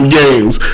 games